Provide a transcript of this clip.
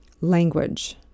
language